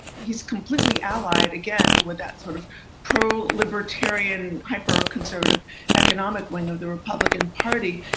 he's completely allied again with that sort of pro libertarian, hyper conservative economic wing of the republican party.